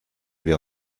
wir